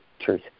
truth